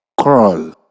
crawl